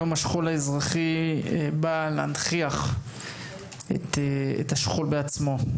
יום השכול האזרחי בא להנכיח את השכול בעצמו.